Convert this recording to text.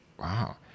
Wow